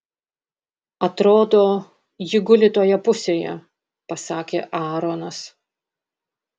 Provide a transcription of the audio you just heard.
atrodo ji guli toje pusėje pasakė aaronas